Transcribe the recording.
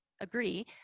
agree